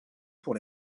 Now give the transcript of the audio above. pour